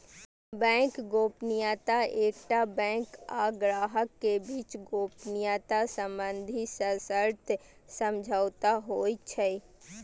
bank गोपनीयता एकटा bank आ ग्राहक के बीच गोपनीयता संबंधी सशर्त समझौता होइ छै